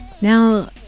Now